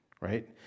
right